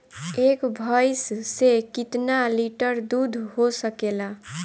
एक भइस से कितना लिटर दूध हो सकेला?